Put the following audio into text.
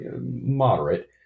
moderate